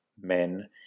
men